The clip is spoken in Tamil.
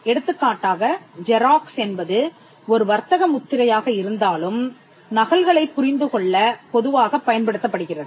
எடுத்துக்காட்டாக ஜெராக்ஸ் என்பது ஒரு வர்த்தக முத்திரையாக இருந்தாலும் நகல்களைப் புரிந்துகொள்ளப் பொதுவாகப் பயன்படுத்தப்படுகிறது